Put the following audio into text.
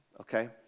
okay